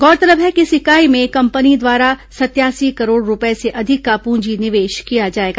गौरतलब है कि इस इकाई में कंपनी द्वारा सतयासी करोड़ रूपये से अधिक का पूंजी निवेश किया जाएगा